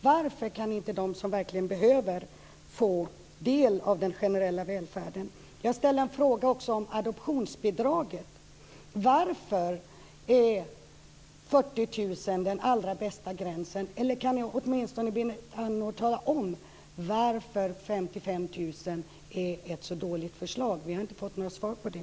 Varför kan inte de som verkligen behöver det få del av den generella välfärden? Jag ska också ställa en fråga om adoptionsbidraget: Varför är 40 000 den allra bästa gränsen? Eller kan Berit Andnor åtminstone tala om varför 55 000 är ett så dåligt förslag? Vi har inte fått något svar på det.